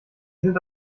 sind